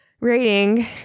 rating